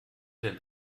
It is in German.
denn